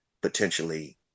potentially